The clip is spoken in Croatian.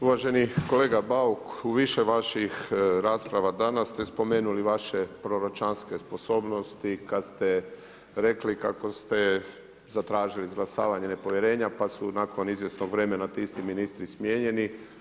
Uvaženi kolega Bauk, u više vaših rasprava danas ste spomenuli vaše proročanske sposobnosti kad ste rekli kako ste zatražili izglasavanje nepovjerenja, pa su nakon izvjesnog vremena ti isti ministri smijenjeni.